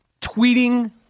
tweeting